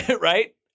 right